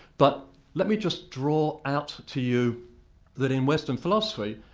but let me just draw out to you that in western philosophy,